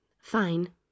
Fine